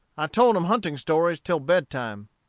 i told em hunting-stories till bedtime.